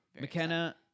McKenna